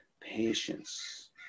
Patience